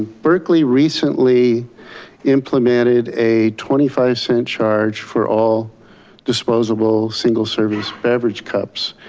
berkeley recently implemented a twenty five cent charge for all disposable, single-serving beverage cups.